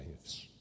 lives